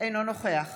אינו נוכח